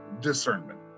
discernment